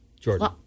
Jordan